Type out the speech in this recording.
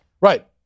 Right